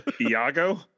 Iago